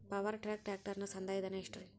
Power track ಟ್ರ್ಯಾಕ್ಟರನ ಸಂದಾಯ ಧನ ಎಷ್ಟ್ ರಿ?